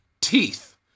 teeth